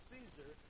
Caesar